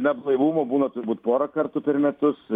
na blaivumo būna turbūt porą kartų per metus